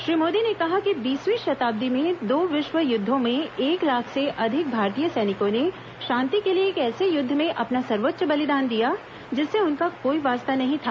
श्री मोदी ने कहा कि बीसवीं शताब्दी में दो विश्व युद्वों में एक लाख से अधिक भारतीय सैनिकों ने शांति के लिए एक ऐसे युद्व में अपना सर्वोच्च बलिदान दिया जिससे उनका कोई वास्ता नही था